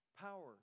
power